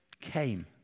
came